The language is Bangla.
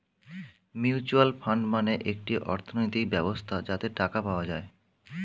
মিউচুয়াল ফান্ড মানে একটি অর্থনৈতিক ব্যবস্থা যাতে টাকা পাওয়া যায়